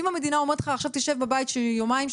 ואם המדינה אומרת לך: עכשיו תשב בבית יומיים-שלושה,